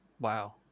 Wow